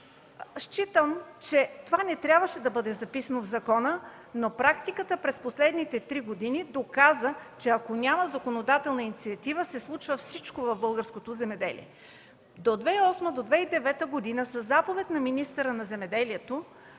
Считам, че това не трябваше да бъде записано в закона, но практиката през последните три години доказа, че ако няма законодателна инициатива, се случва всичко в българското земеделие. До 2008 г., до 2009 г. със заповед на министъра на земеделието